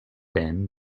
then